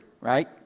right